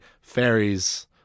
fairies